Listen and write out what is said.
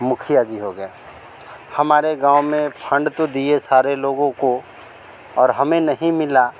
मुखिया जी हो गए हमारे गाँव में फण्ड तो दिए सारे लोगों को और हमें नहीं मिला